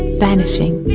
vanishing.